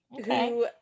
Okay